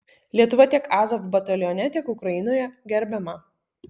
lietuva tiek azov batalione tiek ukrainoje gerbiama